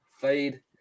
fade